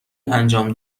انجام